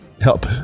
help